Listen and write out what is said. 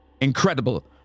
Incredible